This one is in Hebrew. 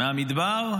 מהמדבר,